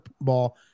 ball